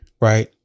Right